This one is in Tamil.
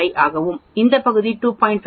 5 ஆகவும் இந்த பகுதி 2